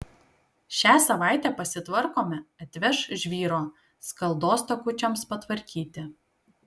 šią savaitę pasitvarkome atveš žvyro skaldos takučiams patvarkyti